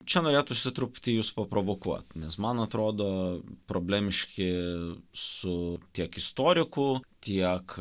čia norėtųsi truputį jus paprovokuot nes man atrodo problemiški su tiek istorikų tiek